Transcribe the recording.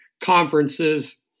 conferences